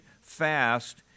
fast